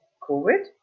COVID